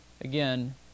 again